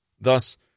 Thus